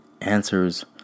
answers